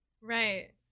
Right